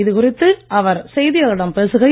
இதுகுறித்து அவர் செய்தியாளர்களிடம் பேசுகையில்